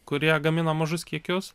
kurie gamina mažus kiekius